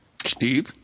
Steve